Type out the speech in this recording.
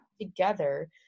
together